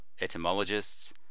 etymologists